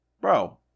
bro